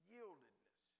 Yieldedness